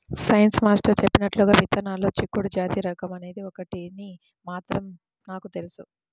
science master చెప్పినట్లుగా విత్తనాల్లో చిక్కుడు జాతి రకం అనేది ఒకటని మాత్రం నాకు తెలుసు